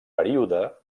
període